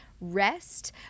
rest